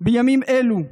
בימים אלו,